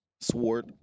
Sword